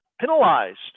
penalized